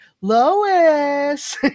lois